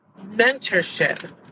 mentorship